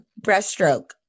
Breaststroke